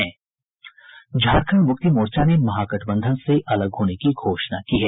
झारखंड मुक्ति मोर्चा ने महागठबंधन से अलग होने की घोषणा की है